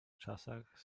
czasach